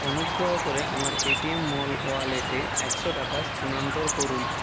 অনুগ্রহ করে আমার পেটিএম মল ওয়ালেটে একশো টাকা স্থানান্তর করুন